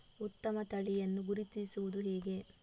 ಉತ್ತಮ ತಳಿಯನ್ನು ಗುರುತಿಸುವುದು ಹೇಗೆ?